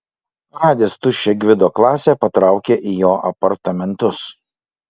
radęs tuščią gvido klasę patraukė į jo apartamentus